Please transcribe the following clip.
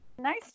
Nice